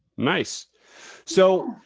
nice so,